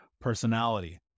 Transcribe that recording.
personality